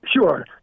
Sure